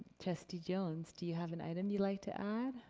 trustee jones, do you have an item you'd like to add?